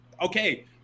Okay